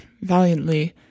valiantly